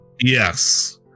yes